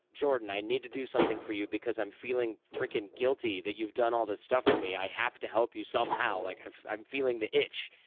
jordan, i need to do something for you because i'm feeling freaking guilty that you've done all this stuff for me. i have to help you somehow like i'm feeling the itch.